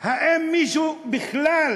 האם מישהו בכלל